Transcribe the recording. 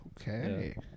Okay